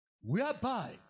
Whereby